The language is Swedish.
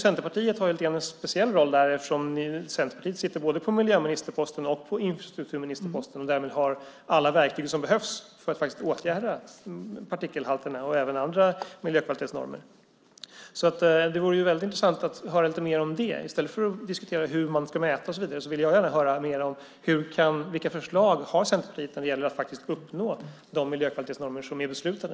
Centerpartiet har ju en speciell roll eftersom Centerpartiet sitter både på miljöministerposten och på infrastrukturministerposten och därmed har alla verktyg som behövs för att faktiskt åtgärda partikelhalterna och även uppfylla andra miljökvalitetsnormer. Det vore väldigt intressant att få höra lite mer om det i stället för att diskutera hur man ska mäta. Jag vill gärna höra vilka förslag som Centerpartiet har när det gäller att faktiskt uppnå de miljökvalitetsnormer som är beslutade.